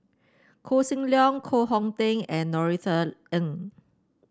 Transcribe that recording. Koh Seng Leong Koh Hong Teng and Norothy Ng